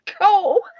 go